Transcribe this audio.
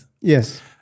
Yes